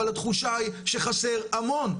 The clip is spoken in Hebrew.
אבל התחושה היא שחסר המון.